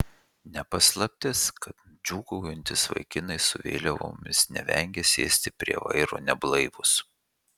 ne paslaptis kad džiūgaujantys vaikinai su vėliavomis nevengia sėsti prie vairo neblaivūs